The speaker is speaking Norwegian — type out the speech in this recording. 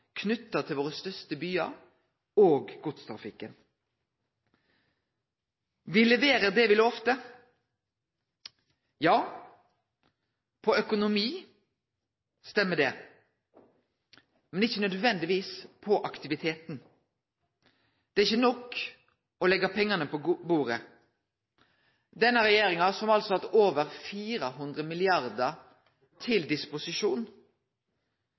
knytte til våre største byar og godstrafikken. Regjeringa seier at ho leverer det ho lova – ja, når det gjeld økonomi, stemmer det. Men det gjeld ikkje nødvendigvis aktiviteten. Det er ikkje nok å leggje pengane på bordet. Denne regjeringa har altså hatt over 400 mrd. kr til disposisjon.